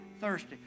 thirsty